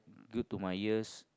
good to my ears